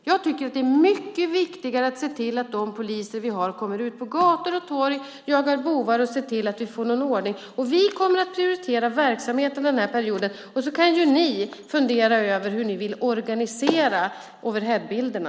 Jag tycker att det är mycket viktigare att se till att de poliser vi har kommer ut på gator och torg, jagar bovar och ser till att vi får någon ordning. Vi kommer att prioritera verksamheterna under den här perioden, och så kan ni fundera över hur ni vill organisera overheadbilderna.